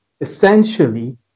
essentially